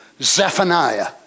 Zephaniah